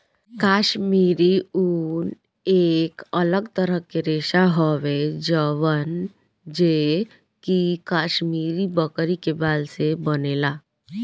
काश्मीरी ऊन एक अलग तरह के रेशा हवे जवन जे कि काश्मीरी बकरी के बाल से बनेला